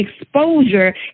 exposure